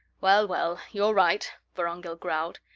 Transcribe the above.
well, well, you're right, vorongil growled.